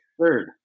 third